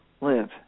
live